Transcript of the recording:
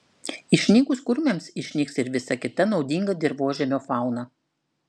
išnykus kurmiams išnyks ir visa kita naudinga dirvožemio fauna